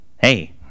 hey